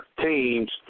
teams